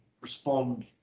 respond